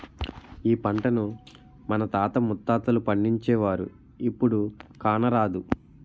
ఈ పంటను మన తాత ముత్తాతలు పండించేవారు, ఇప్పుడు కానరాదు